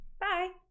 Bye